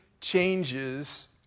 changes